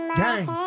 gang